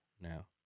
now